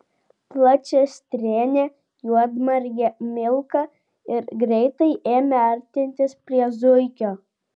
plačiastrėnė juodmargė milka ir greitai ėmė artintis prie zuikio